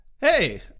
hey